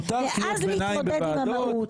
מותר קריאות ביניים בוועדות